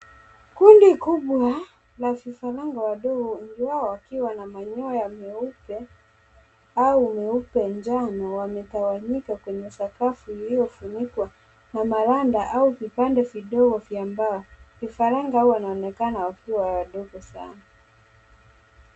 Kundi kubwa la vifaranga wadogo , wengi wao wakiwa na manyoya meupe au meupe njano wametawanyika kwenye sakafu iliyofunikwa na maranda au vipande vidogo vya mbao . Vifaranga hawa wanaonekana wakiwa wadogo sana.